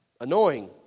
Annoying